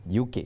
UK